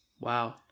Wow